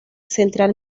central